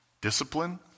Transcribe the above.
Discipline